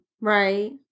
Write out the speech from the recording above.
Right